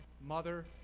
mother